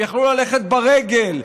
הם יכלו ללכת ברגל.